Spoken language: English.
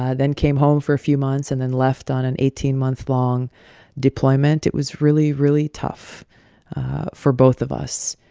ah then came home for a few months, and then left on an eighteen month long deployment. it was really, really tough for both of us.